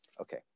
okay